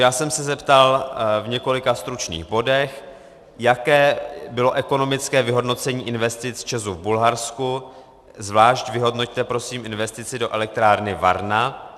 Já jsem se zeptal v několika stručných bodech, jaké bylo ekonomické vyhodnocení investic ČEZu v Bulharsku, zvlášť vyhodnoťte prosím investici do elektrárny Varna.